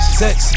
sex